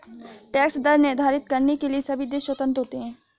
tax दर निर्धारित करने के लिए सभी देश स्वतंत्र होते है